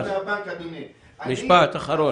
משפט אחרון,